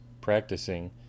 practicing